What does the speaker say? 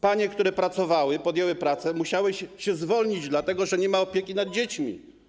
Panie, które pracowały, podjęły pracę, musiały się zwolnić, dlatego że nie ma opieki nad dziećmi.